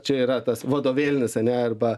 čia yra tas vadovėlinis ane arba